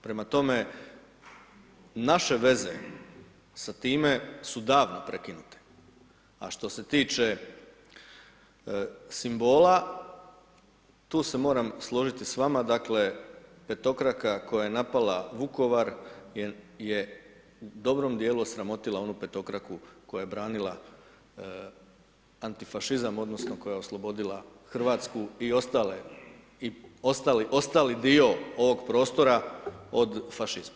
Prema tome, naše veze s time su davno prekinute, a što se tiče simbola tu se moram složiti sa vama, dakle petokraka koja napala Vukovar je u dobrom dijelu osramotila onu petokraku koja je branila antifašizam odnosno koja je oslobodila Hrvatsku i ostale, ostali dio ovog prostora od fašizma.